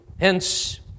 Hence